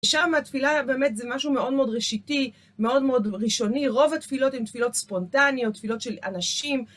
שם התפילה באמת זה משהו מאוד מאוד ראשיתי, מאוד מאוד ראשוני. רוב התפילות הן תפילות ספונטניות, תפילות של אנשים.